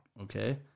Okay